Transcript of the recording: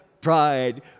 pride